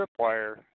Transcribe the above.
tripwire